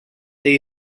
they